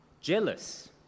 jealous